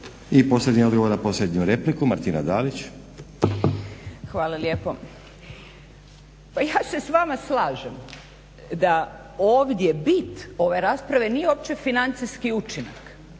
I posljednji odgovor na posljednju repliku Martina Dalić. **Dalić, Martina (HDZ)** Hvala lijepo. Pa ja se s vama slažem da ovdje bit ove rasprave nije uopće financijski učinak.